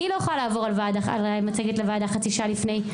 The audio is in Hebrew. אני לא יכולה לעבור על מצגת לוועדה חצי שעה לפני.